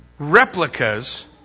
Replicas